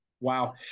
Wow